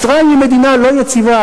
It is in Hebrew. מצרים היא מדינה לא יציבה,